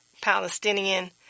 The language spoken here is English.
Palestinian